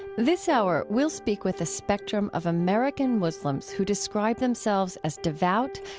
this hour we'll speak with a spectrum of american muslims who describe themselves as devout,